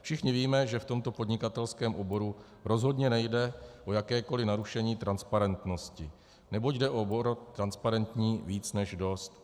Všichni víme, že v tomto podnikatelském oboru rozhodně nejde o jakékoliv narušení transparentnosti, neboť jde o obor transparentní více než dost.